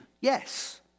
yes